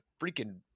freaking